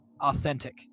authentic